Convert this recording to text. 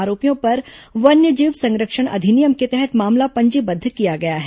आरोपियों पर वन्यजीव संरक्षण अधिनियम के तहत मामला पंजीबद्ध किया गया है